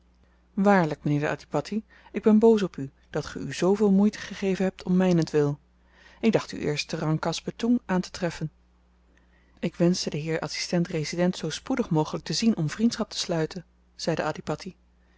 waarlyk mynheer de adhipatti ik ben boos op u dat ge u zooveel moeite gegeven hebt om mynentwil ik dacht u eerst te rangkas betoeng aantetreffen ik wenschte den heer adsistent resident zoo spoedig mogelyk te zien om vriendschap te sluiten zei de adhipatti